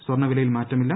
സ്വർണ വിലയിൽ മാറ്റമില്ല